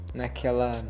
naquela